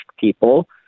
people